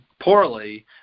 poorly